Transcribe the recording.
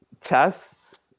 tests